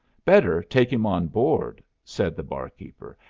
better take him on board, said the barkeeper,